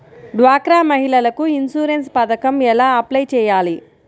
డ్వాక్రా మహిళలకు ఇన్సూరెన్స్ పథకం ఎలా అప్లై చెయ్యాలి?